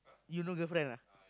you no girlfriend ah